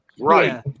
Right